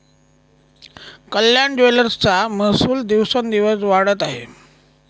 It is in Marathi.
कल्याण ज्वेलर्सचा महसूल दिवसोंदिवस वाढत आहे